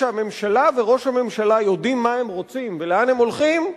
כשהממשלה וראש הממשלה יודעים מה הם רוצים ולאן הם הולכים,